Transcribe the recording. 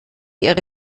ihre